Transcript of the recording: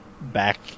back